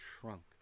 shrunk